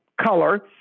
color